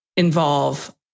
Involve